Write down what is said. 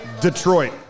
Detroit